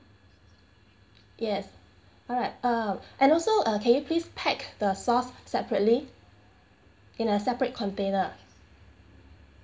yes but uh and also uh can you please pack the sauce separately in a separate container